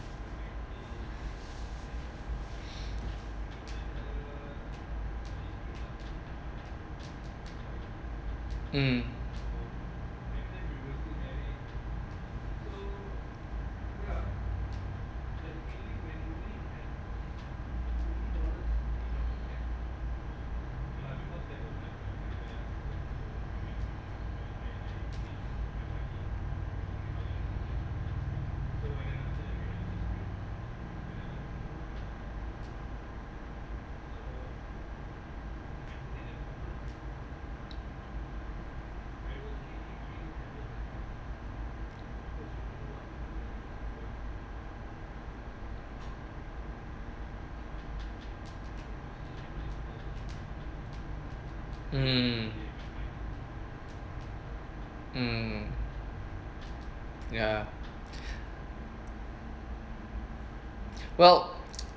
um um um ya well